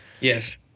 yes